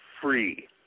free